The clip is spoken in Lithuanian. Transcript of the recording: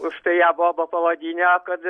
užtai ją boba pavadinę kad